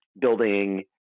building